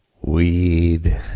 weed